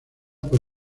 por